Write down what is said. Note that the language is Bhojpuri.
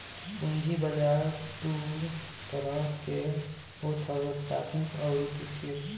पूंजी बाजार दू तरह के होत हवे प्राथमिक अउरी द्वितीयक